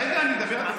רגע, אני אדבר על זה.